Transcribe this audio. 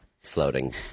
floating